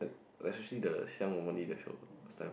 like especially the 想我你的手 last time